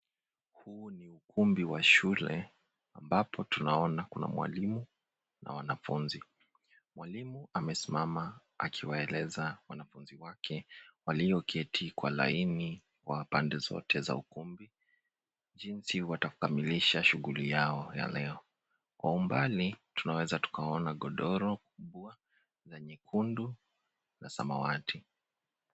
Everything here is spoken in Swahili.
Huu ni ukumbi wa shule ambapo tunaona kuna mwalimu na wanafunzi. Mwalimu amesimama akiwaeleza wanafunzi wake walioketi kwa laini wa pande zote za ukumbi, jinsi watakamilisha shuguli yao za leo. Kwa umbali tunaweza tukaona godoro kubwa la nyekundu na samawati.